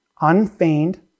unfeigned